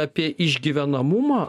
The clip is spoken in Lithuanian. apie išgyvenamumą